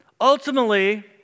Ultimately